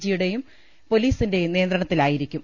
ജിയുടെയും പോലീസിന്റെയും നിയന്ത്രണത്തിലായിരിക്കും